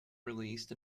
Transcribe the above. released